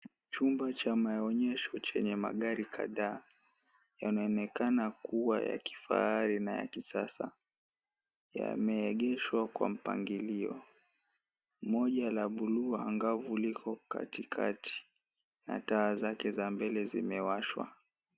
Chumba cha maonyesho chenye magari kadhaa, yanaoneka kuwa ya kifahari na ya kisasa, yameegeshwa kwa mpangilio, moja la buluu angavu liko kati kati na taa zake za mbele zimewashwa.